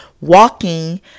walking